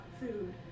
food